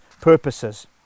purposes